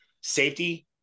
safety